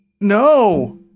No